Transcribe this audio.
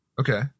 Okay